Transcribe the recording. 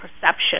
perception